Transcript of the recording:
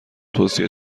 توصیه